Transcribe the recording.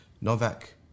Novak